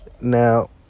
Now